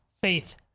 faith